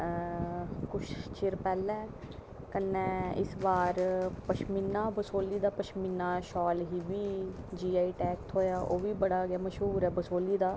कुछ चिर पैह्लें कन्नै पशमीना बसोह्ली दा पशमीना शॉल बी जीआई टैग थ्होआ ओह्बी बड़ा मशहूर ऐ बसोहली दा